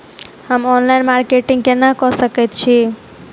हम online marketing केना कऽ सकैत छी?